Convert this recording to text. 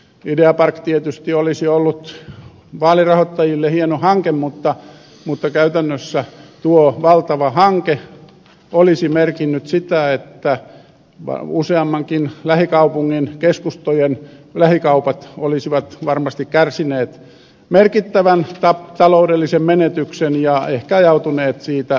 ideapark tietysti olisi ollut vaalirahoittajille hieno hanke mutta käytännössä tuo valtava hanke olisi merkinnyt sitä että useammankin lähikaupungin keskustojen lähikaupat olisivat varmasti kärsineet merkittävän taloudellisen menetyksen ja ehkä ajautuneet siitä vararikkoon